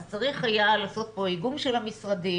אז צריך היה לעשות פה איגום של המשרדים,